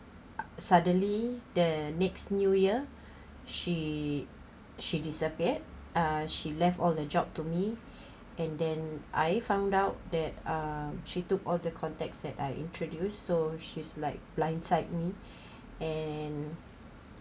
suddenly the next new year she she disappeared uh she left all the job to me and then I found out that uh she took all the contacts that I introduced so she's like blind side me and